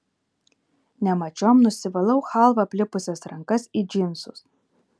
nemačiom nusivalau chalva aplipusias rankas į džinsus